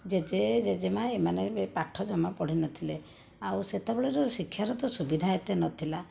ଜେଜେ ଜେଜେମା' ଏମାନେ ବି ପାଠ ଜମା ପଢ଼ିନଥିଲେ ଆଉ ସେତେବେଳର ଶିକ୍ଷାର ତ ସୁବିଧା ଏତେ ନଥିଲା